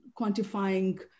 quantifying